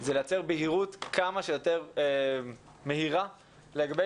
זה לייצר בהירות כמה שיותר מהירה לגבי